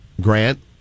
grant